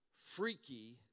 freaky